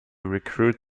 recruit